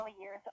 years